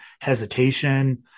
hesitation